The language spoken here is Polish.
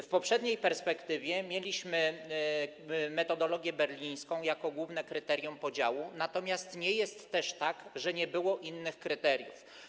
W poprzedniej perspektywie mieliśmy metodologię berlińską jako główne kryterium podziału, natomiast nie jest tak, że nie było innych kryteriów.